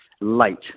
late